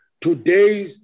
Today